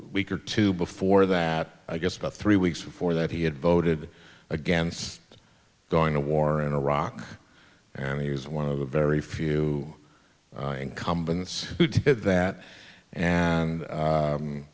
week or two before that i guess about three weeks before that he had voted against going to war in iraq and he was one of the very few incumbents who did that and